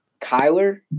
Kyler